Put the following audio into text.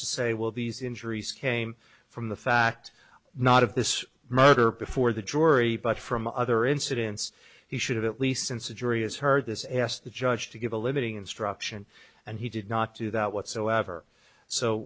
to say well these injuries came from the fact not of this murder before the jury but from other incidents he should have at least since a jury has heard this asked the judge to give a limiting instruction and he did not do that whatsoever so